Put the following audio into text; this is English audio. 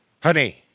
Honey